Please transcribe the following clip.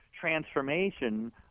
transformation